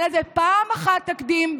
היה לזה פעם אחת תקדים,